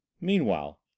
meanwhile